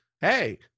hey